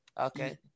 Okay